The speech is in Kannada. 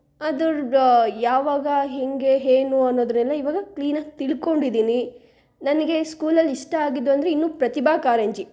ಅದರ್ದು ಯಾವಾಗ ಹೇಗೆ ಏನು ಅನ್ನೋದನ್ನೆಲ್ಲ ಇವಾಗ ಕ್ಲೀನಾಗಿ ತಿಳ್ಕೊಂಡಿದೀನಿ ನನಗೆ ಸ್ಕೂಲಲ್ಲಿ ಇಷ್ಟ ಆಗಿದ್ದು ಅಂದರೆ ಇನ್ನು ಪ್ರತಿಭಾ ಕಾರಂಜಿ